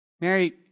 Mary